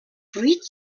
fruits